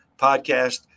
podcast